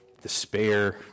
despair